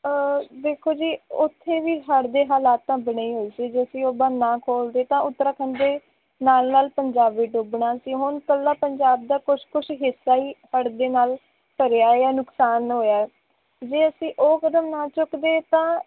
ਦੇਖੋ ਜੀ ਉੱਥੇ ਵੀ ਹੜ੍ਹ ਦੇ ਹਾਲਾਤਾਂ ਤਾਂ ਬਣੇ ਹੀ ਹੋਏ ਸੀ ਜੇ ਅਸੀਂ ਉਹ ਬੰਨ ਨਾਂ ਖੋਲ੍ਹਦੇ ਤਾਂ ਉੱਤਰਾਖੰਡ ਦੇ ਨਾਲ ਨਾਲ ਪੰਜਾਬ ਵੀ ਡੁੱਬਣਾ ਸੀ ਹੁਣ ਇਕੱਲਾ ਪੰਜਾਬ ਦਾ ਕੁਛ ਕੁਛ ਹਿੱਸਾ ਹੀ ਹੜ੍ਹ ਦੇ ਨਾਲ ਭਰਿਆ ਆ ਨੁਕਸਾਨ ਹੋਇਆ ਜੇ ਅਸੀਂ ਉਹ ਕਦਮ ਨਾਂ ਚੁੱਕਦੇ ਤਾਂ